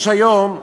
יש היום,